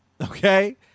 okay